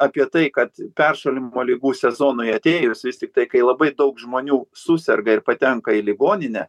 apie tai kad peršalimo ligų sezonui atėjus vis tiktai kai labai daug žmonių suserga ir patenka į ligoninę